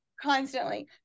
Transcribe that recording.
constantly